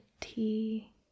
tea